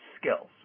skills